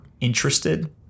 interested